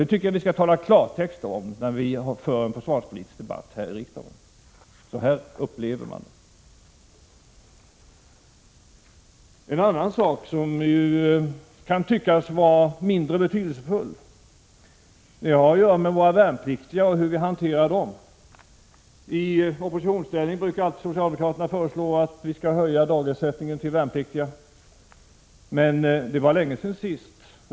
Jag tycker att vi skall tala klartext, när vi för en försvarspolitisk debatt här i riksdagen, att detta är vad man upplever. En annan sak som kan tyckas vara mindre betydelsefull har att göra med våra värnpliktiga. I oppositionsställning brukade socialdemokraterna föreslå att vi skulle höja dagersättningen till värnpliktiga. Men det var länge sedan sist.